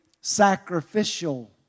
sacrificial